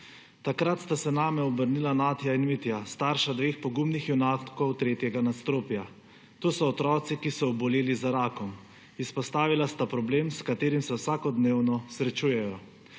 Takrat sta se name obrnila Natja in Mitja, starša dveh pogumnih junakov 3. nadstropja. To so otroci, ki so oboleli za rakom. Izpostavila sta problem, s katerim se vsakodnevno srečujejo.